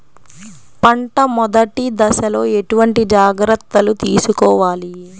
పంట మెదటి దశలో ఎటువంటి జాగ్రత్తలు తీసుకోవాలి?